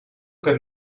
per